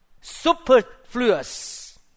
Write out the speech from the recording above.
superfluous